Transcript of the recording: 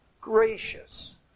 gracious